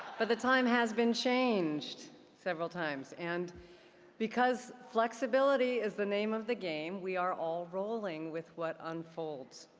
but the time has been changed several times. and because flexibility is the name of the game, we are all rolling with what unfolds.